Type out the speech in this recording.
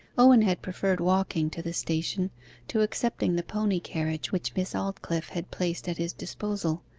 owen had preferred walking to the station to accepting the pony-carriage which miss aldclyffe had placed at his disposal,